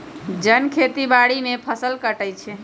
जन खेती बाड़ी में फ़सल काटइ छै